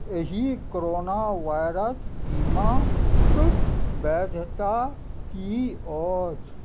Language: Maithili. एहि करोना वायरस बीमा कऽ वैधता की अछि